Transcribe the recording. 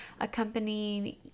accompanying